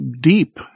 deep